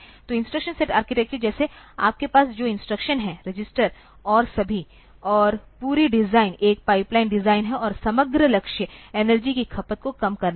तो instruction set architecture जैसे आपके पास जो इंस्ट्रक्शन हैं रजिस्टर और सभी और पूरी डिजाइन एक पाइपलाइन डिजाइन है और समग्र लक्ष्य एनर्जी की खपत को कम करना है